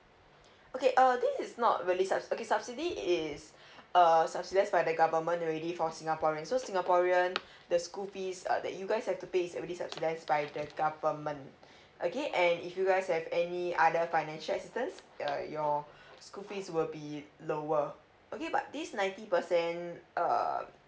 okay uh this is not really subs okay subsidy is err subsidised by the government already for singaporean so singaporean the school fees uh that you guys have to pay is already subsidised by the government okay and if you guys have any other financial assistance uh your school fees will be lower okay but this ninety percent um